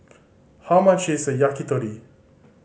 how much is Yakitori